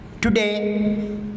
Today